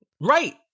Right